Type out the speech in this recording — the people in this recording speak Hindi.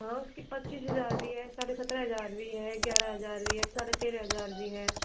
हाँ उसकी पच्चीस हजार भी है साढ़े सत्रह हजार भी है ग्यारह भी है साढ़े तेरह भी है